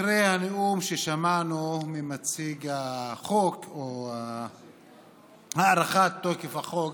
אחרי הנאום ששמענו ממציג החוק או הארכת תוקף החוק,